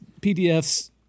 PDFs